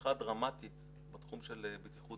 מהפכה דרמטית בתחום של בטיחות